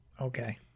Okay